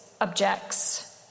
objects